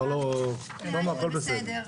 בבקשה.